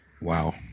Wow